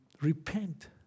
repent